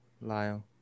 Lyle